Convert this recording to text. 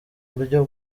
buryo